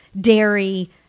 dairy